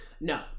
no